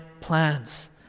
plans